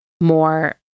more